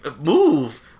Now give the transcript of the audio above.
Move